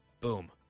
boom